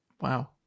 Wow